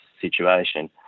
situation